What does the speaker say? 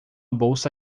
bolsa